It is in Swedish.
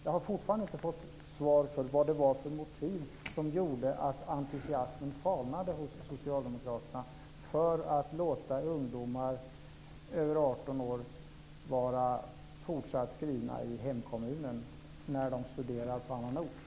Jag har fortfarande inte fått svar på vad det var för motiv som gjorde att entusiasmen falnade hos Socialdemokraterna för att låta ungdomar över 18 år vara fortsatt skrivna i hemkommunen när de studerar på annan ort.